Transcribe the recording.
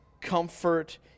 comfort